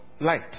Light